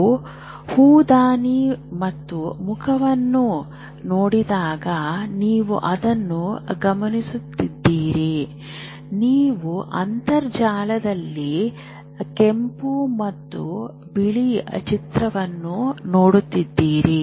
ನೀವು ಹೂದಾನಿ ಅಥವಾ ಮುಖವನ್ನು ನೋಡಿದಾಗ ನೀವು ಅದನ್ನು ಗಮನಿಸುತ್ತೀರಿ ನೀವು ಅಂತರ್ಜಾಲದಲ್ಲಿ ಕೆಂಪು ಮತ್ತು ಬಿಳಿ ಚಿತ್ರಗಳನ್ನು ನೋಡುತ್ತೀರಿ